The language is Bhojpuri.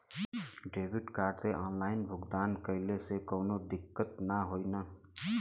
डेबिट कार्ड से ऑनलाइन भुगतान कइले से काउनो दिक्कत ना होई न?